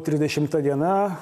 trisdešimta diena